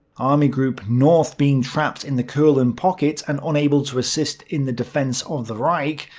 army group north being trapped in the courland pocket and unable to assist in the defence of the reich,